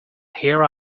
here